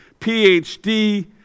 PhD